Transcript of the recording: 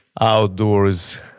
outdoors